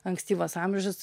ankstyvas amžius